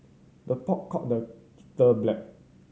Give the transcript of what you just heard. the pot call the kettle black